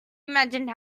imagined